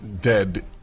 dead